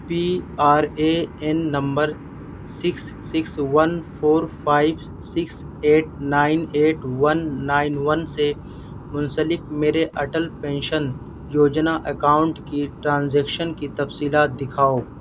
P R A N number six six one four five six eight nine eight one nine one سے منسلک میرے Atal pension Yojana account کی transaction کی تفصیلات دِکھاؤ